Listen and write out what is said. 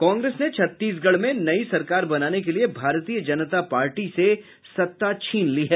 कांग्रेस ने छत्तीसगढ़ में नई सरकार बनाने के लिए भारतीय जनता पार्टी से सत्ता छीन ली है